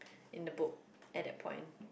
in the book at that point